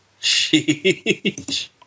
Sheesh